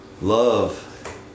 love